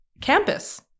campus